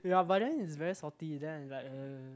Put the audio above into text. ya but then it's very salty then it's like